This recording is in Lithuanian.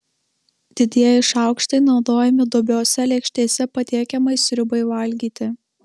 didieji šaukštai naudojami dubiose lėkštėse patiekiamai sriubai valgyti